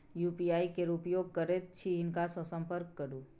UPI केर उपयोग करैत छी हिनका सँ संपर्क करु